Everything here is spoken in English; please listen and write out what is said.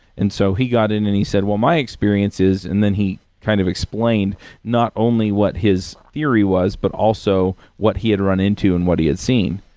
and so he got in and he said, well, my experience is and then he kind of explained not only what his theory was, but also what he had run into and what he had seen.